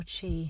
chi